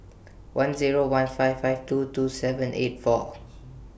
one Zero one five five two two seven eight four